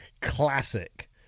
classic